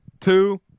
two